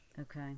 Okay